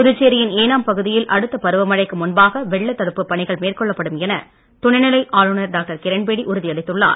புதுச்சேரியின் ஏனாம் பகுதியில் அடுத்த பருவமழைக்கு முன்பாக வெள்ள தடுப்பு பணிகள் மேற்கொள்ளப்படும் என துணை நிலை ஆளுநர் டாக்டர் கிரண்பேடி உறுதியளித்துள்ளார்